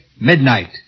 Midnight